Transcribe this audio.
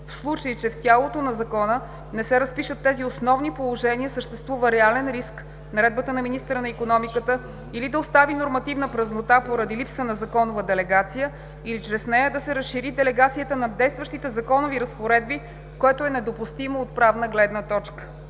В случай, че в тялото на Закона не се разпишат тези основни положения, съществува реален риск в наредбата на министъра на икономиката или да остави нормативна празнота, поради липса на законова делегация, или чрез нея да се разшири делегацията на действащите законови разпоредби, което е недопустимо от правна гледна точка.